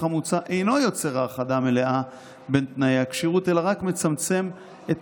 המוצע אינו יוצר האחדה מלאה בתנאי הכשירות אלא רק מצמצם את